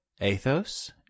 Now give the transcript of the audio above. Athos